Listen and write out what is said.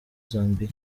zambia